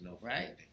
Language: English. right